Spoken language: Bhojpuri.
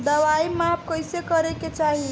दवाई माप कैसे करेके चाही?